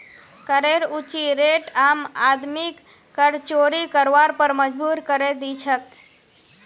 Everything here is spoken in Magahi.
करेर ऊँची रेट आम आदमीक कर चोरी करवार पर मजबूर करे दी छे